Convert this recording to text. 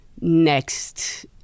next